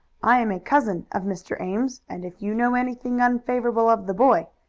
i am a cousin of mr. ames, and if you know anything unfavorable of the boy,